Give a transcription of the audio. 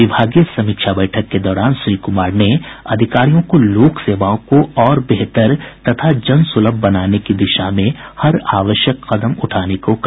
विभागीय समीक्षा बैठक के दौरान श्री कुमार ने अधिकारियों को लोक सेवाओं को और बेहतर तथा जनसुलभ बनाने की दिशा में हर आवश्यक कदम उठाने को कहा